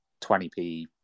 20p